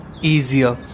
easier